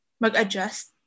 mag-adjust